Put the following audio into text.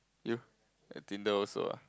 you eh Tinder also ah